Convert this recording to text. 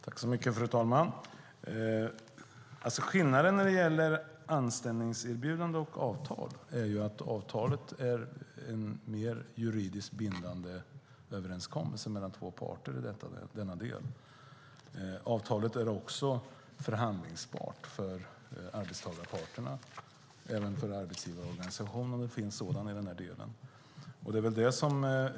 Fru talman! Skillnaden i anställningserbjudande och avtal är att avtalet är en mer juridiskt bindande överenskommelse mellan två parter. Avtalet är också förhandlingsbart för arbetstagarparten och även för arbetsgivarorganisationen om det finns en sådan.